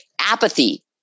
apathy